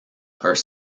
are